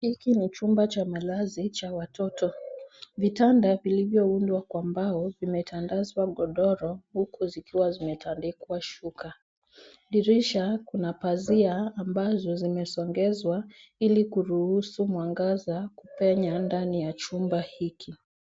Hiki ni chumba cha malazi cha watoto. Vitanda vilivyoundwa kwa mbao vimetandazwa migodoro huku vikiwa vimetandikwa shuka. Dirisha kuna pazia ambazo zimesongezwa ili kuruhusu mwangaza kupenya ndani ya chumba hiki.